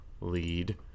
lead